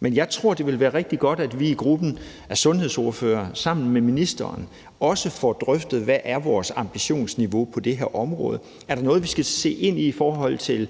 men jeg tror, at det vil være rigtig godt, at vi i gruppen af sundhedsordførere sammen med ministeren også får drøftet, hvad der er vores ambitionsniveau på det her område. Er der noget, vi skal se ind i i forhold til